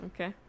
Okay